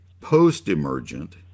post-emergent